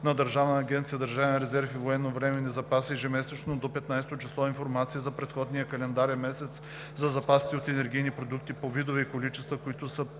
на Държавна агенция „Държавен резерв и военновременни запаси“ ежемесечно до 15-о число информация за предходния календарен месец за запасите от енергийни продукти по видове и количества, които са